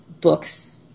books